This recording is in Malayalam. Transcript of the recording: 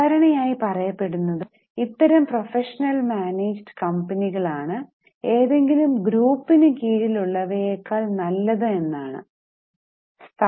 സാധാരണയായി പറയപ്പെടുന്നത് ഇത്തരം പ്രൊഫഷണൽ മാനേജ്ഡ് കമ്പനികൾ ആണ് ഏതെങ്കിലും ഗ്രൂപ്പിന് കീഴിൽ ഉള്ളവയെക്കാൾ നല്ലത് എന്നാണു